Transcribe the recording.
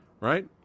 right